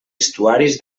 estuaris